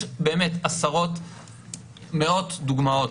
יש מאות דוגמאות.